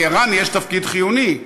לער"ן יש תפקיד חיוני,